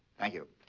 thank you.